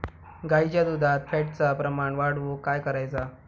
गाईच्या दुधात फॅटचा प्रमाण वाढवुक काय करायचा?